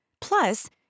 Plus